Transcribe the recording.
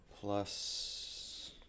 plus